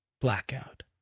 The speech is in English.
Blackout